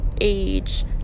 age